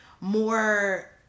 more